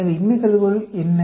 எனவே இன்மை கருதுகோள் என்ன